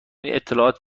اطلاعات